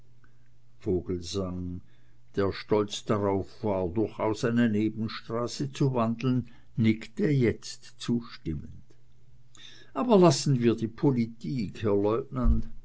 vogelsang der stolz darauf war durchaus eine nebenstraße zu wandeln nickte jetzt zustimmend aber lassen wir die politik herr